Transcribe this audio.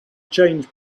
changed